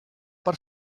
per